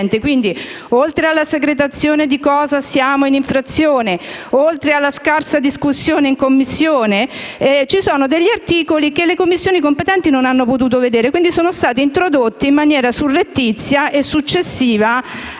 Quindi, oltre alla secretazione degli oggetti per cui siamo in infrazione e oltre alla scarsa discussione in Commissione, ci sono articoli che le Commissioni competenti non hanno potuto esaminare e che quindi sono stati introdotti in maniera surrettizia e successiva